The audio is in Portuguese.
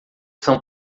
são